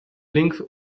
links